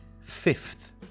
fifth